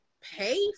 pay